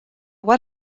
what